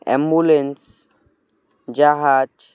ambulance জাহাজ